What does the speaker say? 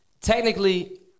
technically